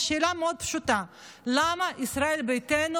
בשאלה מאוד פשוטה: למה ישראל ביתנו